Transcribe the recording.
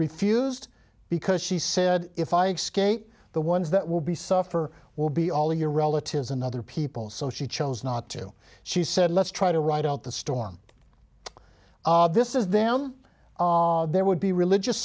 refused because she said if i excuse me the ones that will be suffer will be all of your relatives and other people so she chose not to she said let's try to ride out the storm this is them there would be religious